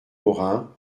lorin